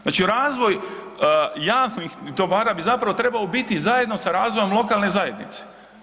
Znači razvoj javnih dobara bi zapravo trebao biti zajedno sa razvojem lokalne zajednice.